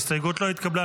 ההסתייגות לא התקבלה.